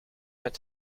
met